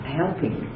helping